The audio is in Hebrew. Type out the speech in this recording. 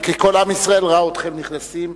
כי כל עם ישראל ראה אתכם נכנסים,